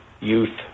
youth